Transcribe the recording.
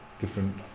different